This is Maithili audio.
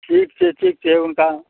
ठीक छै ठीक छै हुनका